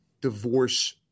divorce